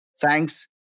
Thanks